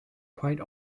quite